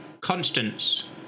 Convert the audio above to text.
Constance